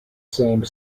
same